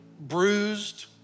bruised